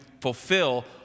fulfill